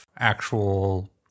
actual